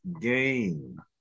game